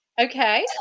Okay